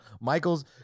Michael's